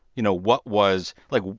you know, what was like,